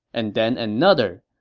and then another.